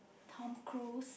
Tom-Cruise